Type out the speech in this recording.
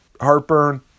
heartburn